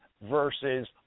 versus